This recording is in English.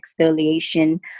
exfoliation